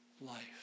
Life